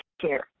care.